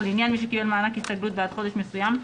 ולעניין מי שקיבל מענק הסתגלות בעד חודש מסוים,